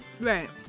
Right